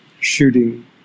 shooting